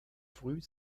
früh